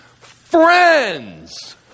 friends